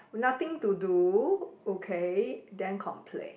nothing to do okay then complain